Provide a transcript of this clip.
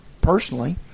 personally